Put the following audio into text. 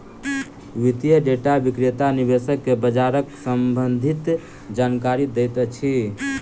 वित्तीय डेटा विक्रेता निवेशक के बजारक सम्भंधित जानकारी दैत अछि